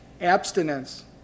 abstinence